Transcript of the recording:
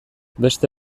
beste